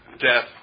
death